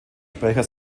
sprecher